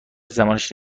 زمانش